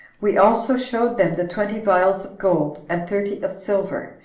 we also showed them the twenty vials of gold, and thirty of silver,